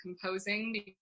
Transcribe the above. composing